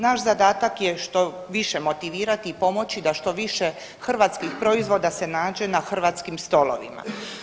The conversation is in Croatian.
Naš zadatak je što više motivirati i pomoći da što više hrvatskih proizvoda se nađe na hrvatskim stolovima.